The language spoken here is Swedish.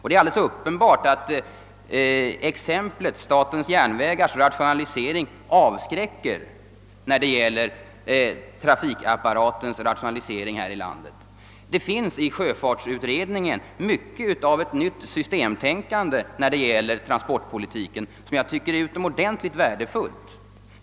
Det är uppenbart att SJ:s rationalisering är ett exempel som borde avskräcka från samma behandling av övrig trafik här i landet. I sjöfartsstyrelsen finns ett nytt systemtänkande beträffande transportpolitiken som jag tycker är utomordentligt värdefullt.